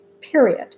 period